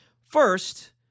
first